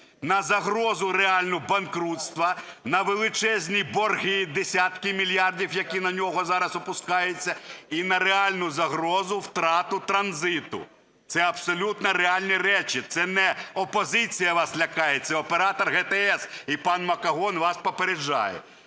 на загрозу реальну банкрутства, на величезні борги (десятки мільярдів), які на нього зараз опускаються, і на реальну загрозу втрати транзиту. Це абсолютно реальні речі, це не опозиція вас лякає, це Оператор ГТС і пан Макогон вас попереджає.